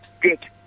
Good